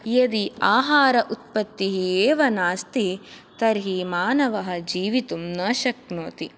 यदि आहार उत्पत्तिः एव नास्ति तर्हि मानवः जीवितुं न शक्नोति